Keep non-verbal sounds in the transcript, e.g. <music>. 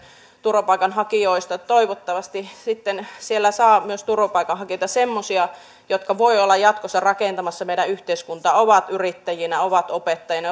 turvapaikanhakijoista aiheutuvat toivottavasti sitten siellä saa myös semmoisia turvapaikanhakijoita jotka voivat olla jatkossa rakentamassa meidän yhteiskuntaamme ovat yrittäjinä ovat opettajina <unintelligible>